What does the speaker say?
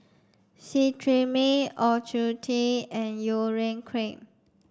Cetrimide Ocuvite and Urea Cream